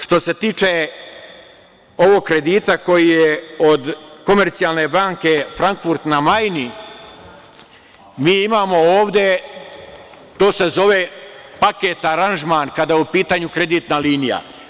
Što se tiče ovog kredita koji je od Komercijalne banke Frankfurt na Majni mi imamo, to se zove paket aranžman kada je u pitanju kreditna linija.